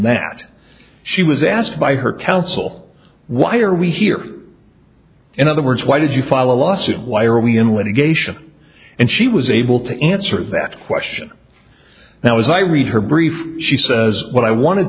that she was asked by her counsel why are we here in other words why did you file a lawsuit why are we in litigation and she was able to answer that question now as i read her brief she says what i wanted